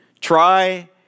try